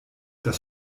das